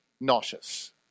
nauseous